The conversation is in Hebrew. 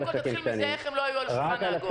תתחיל בכך שתענה: איך הם לא היו בשולחן העגול?